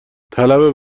طلب